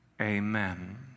amen